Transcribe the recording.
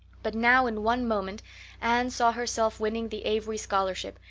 but now in one moment anne saw herself winning the avery scholarship,